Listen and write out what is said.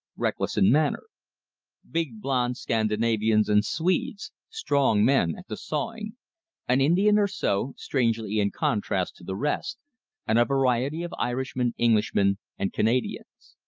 reckless in manner big blonde scandinavians and swedes, strong men at the sawing an indian or so, strangely in contrast to the rest and a variety of irishmen, englishmen, and canadians.